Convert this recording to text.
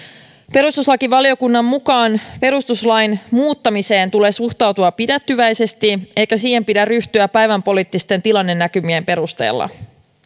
perustuslakivaliokunnan mukaan perustuslain muuttamiseen tulee suhtautua pidättyväisesti eikä siihen pidä ryhtyä päivänpoliittisten tilannenäkymien perusteella